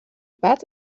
baat